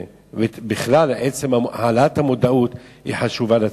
בכלל, עצם העלאת המודעות היא חשובה לציבור.